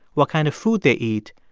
what kind of food they eat,